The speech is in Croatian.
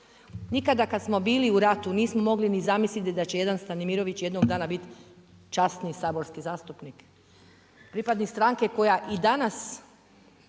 Nikada kad smo bili u ratu, nismo mogli ni zamisliti da će jedan Satnimirović jednog dana biti časni saborski zastupnik. Pripadnik stranke koja i danas